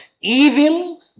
Evil